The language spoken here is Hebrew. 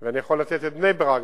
ואני יכול לתת דוגמה את בני-ברק,